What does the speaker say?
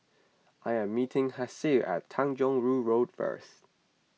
I am meeting Hassie at Tanjong Rhu Road first